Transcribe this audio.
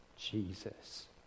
Jesus